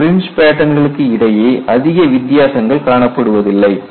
fringe பேட்டன்களுக்கு இடையே அதிக வித்தியாசங்கள் காணப்படுவதில்லை